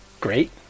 great